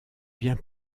bien